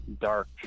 dark